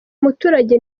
muturage